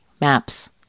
Maps